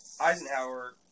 Eisenhower